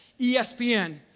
ESPN